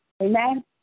Amen